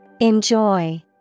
Enjoy